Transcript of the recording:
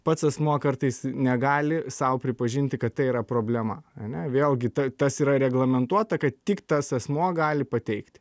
pats asmuo kartais negali sau pripažinti kad tai yra problema ane vėlgi ta tas yra reglamentuota kad tik tas asmuo gali pateikti